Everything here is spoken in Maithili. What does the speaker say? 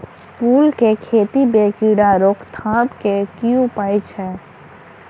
फूल केँ खेती मे कीड़ा रोकथाम केँ की उपाय छै?